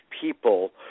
people